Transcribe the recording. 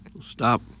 Stop